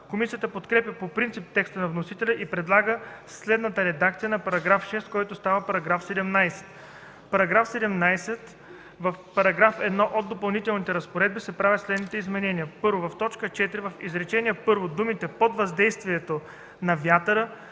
Комисията подкрепя по принцип текста на вносителите и предлага следната редакция на § 6, който става § 17: „§ 17. В § 1 от Допълнителните разпоредби се правят следните изменения: 1. В т. 4 в изречение първо думите „под въздействието на вятъра”